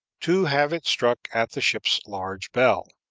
to have it struck at the ship's large bell.